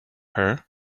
her